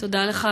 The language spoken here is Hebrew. תודה לך.